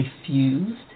refused